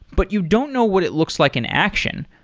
but you don't know what it looks like in action,